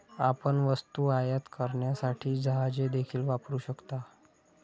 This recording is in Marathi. आपण वस्तू आयात करण्यासाठी जहाजे देखील वापरू शकता